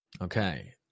Okay